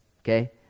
okay